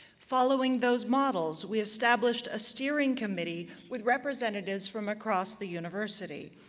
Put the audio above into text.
following those models, we established a steering committee with representatives from across the university.